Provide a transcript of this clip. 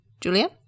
Julia